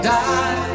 die